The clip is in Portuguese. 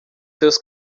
seus